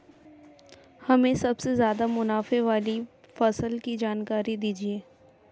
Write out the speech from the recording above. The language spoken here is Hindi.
हमें सबसे ज़्यादा मुनाफे वाली फसल की जानकारी दीजिए